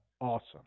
awesome